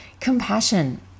Compassion